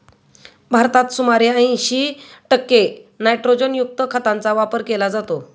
भारतात सुमारे ऐंशी टक्के नायट्रोजनयुक्त खतांचा वापर केला जातो